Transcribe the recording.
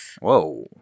Whoa